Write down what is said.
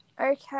Okay